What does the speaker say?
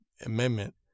amendment